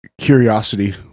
curiosity